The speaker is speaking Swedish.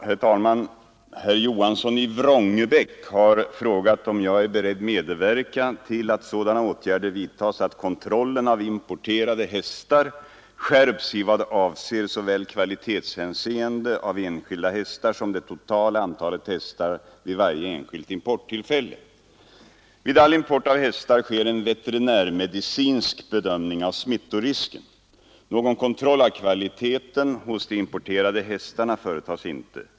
Herr talman! Herr Johansson i Vrångebäck har frågat om jag är beredd medverka till att sådana åtgärder vidtas att kontrollen av importerade hästar skärps i vad avser såväl kvaliteten hos enskilda hästar som det totala antalet hästar vid varje enskilt importtillfälle. Vid all import av hästar sker en veterinärmedicinsk bedömning av smittorisken. Någon kontroll av kvaliteten hos de importerade hästarna företas inte.